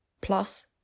plus